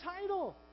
title